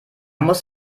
muss